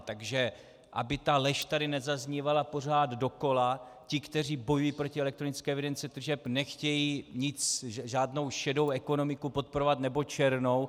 Takže aby ta lež tady nezaznívala pořád dokola ti, kteří bojují proti elektronické evidenci tržeb, nechtějí žádnou šedou ekonomiku podporovat, nebo černou.